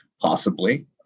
possibly-